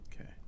Okay